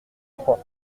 crois